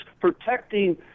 protecting